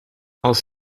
als